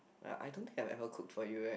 I don't think I've ever cooked for you right